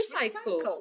Recycle